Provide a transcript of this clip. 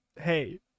hey